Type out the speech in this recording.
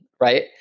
right